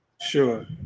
Sure